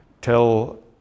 Tell